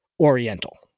oriental